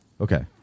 Okay